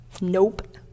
Nope